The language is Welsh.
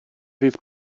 fydd